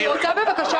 אני רוצה בבקשה